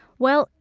well,